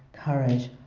courage,